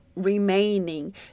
remaining